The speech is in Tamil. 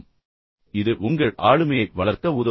மேலும் இது உங்கள் ஆளுமையை வளர்க்க உதவும்